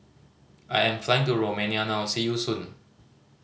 I am flying to Romania now see you soon